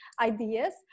ideas